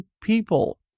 people